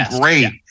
great